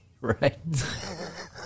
Right